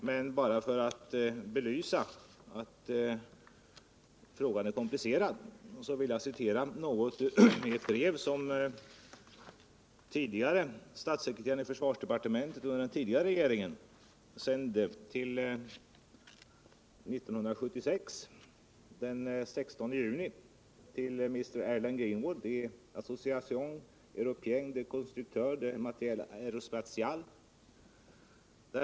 Men bara för att belysa att frågan är komplicerad vill jag citera ur ett brev som den tidigare statssekreteraren i försvarsdepartementet under den förra regeringens tid sände den 16 juni 1976 till Allen Greenwood i Association Européenne des Constructeurs de Matériel Aérospatial.